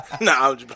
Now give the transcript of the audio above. Nah